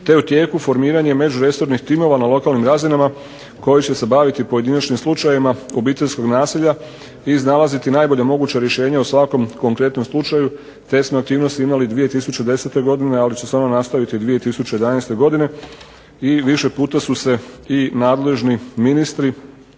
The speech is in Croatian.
je u tijeku formiranje međuresornih timova na lokalnim razinama koji će se baviti pojedinačnim slučajevima obiteljskog nasilja i iznalaziti najbolja moguća rješenja o svakom konkretnom slučaju. Te smo aktivnosti imali 2010. godine, ali će se one nastaviti i 2011. godine i više puta su se i nadležni ministri